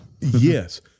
Yes